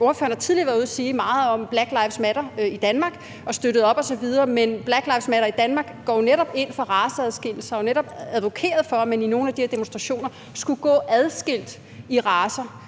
Ordføreren har tidligere været ude at sige meget om »Black lives matter« i Danmark og støttet op osv., men »Black lives matter« i Danmark går jo netop ind for raceadskillelse og har advokeret for, at man i nogle af de her demonstrationer skulle gå adskilt i racer.